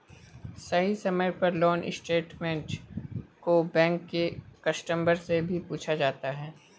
सही समय पर लोन स्टेटमेन्ट को बैंक के कस्टमर से भी पूछा जाता है